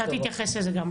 אתה תתייחס לזה גם,